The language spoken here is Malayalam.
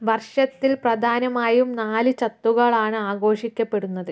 വർഷത്തിൽ പ്രധാനമായും നാല് ഛത്തുകളാണ് ആഘോഷിക്കപ്പെടുന്നത്